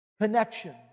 Connection